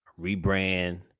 rebrand